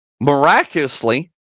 miraculously